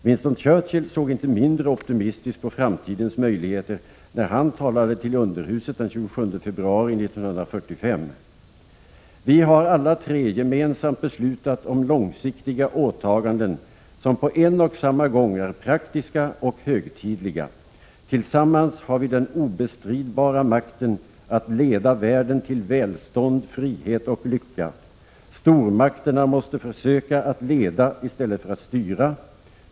Winston Churchill såg inte mindre optimistiskt på framtidens möjligheter när han talade till underhuset den 27 februari 1945: —- Vi har alla tre gemensamt beslutat om långsiktiga åtaganden som på en och samma gång är praktiska och högtidliga. Tillsammans har vi den obestridbara makten att leda världen till välstånd, frihet och lycka. Stormakterna måste försöka att leda i stället för att styra.